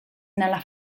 nella